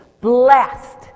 Blessed